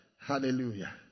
Hallelujah